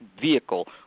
vehicle